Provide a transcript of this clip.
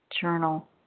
journal